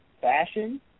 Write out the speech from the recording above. fashion